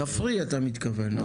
כפרי אתה מתכוון,